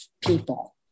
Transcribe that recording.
people